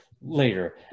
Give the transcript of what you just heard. later